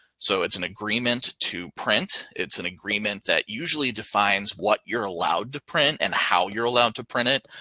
so it's an agreement to print. it's an agreement that usually defines what you're allowed to print and how you're allowed to print it.